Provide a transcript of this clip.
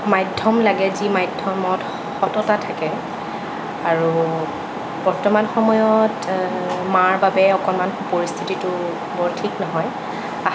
মাধ্যম লাগে যি মাধ্যমত সততা থাকে আৰু বৰ্তমান সময়ত মাৰ বাবে অকণমান পৰিস্থিতিটো বৰ ঠিক নহয়